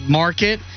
market